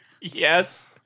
Yes